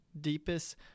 deepest